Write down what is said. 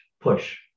push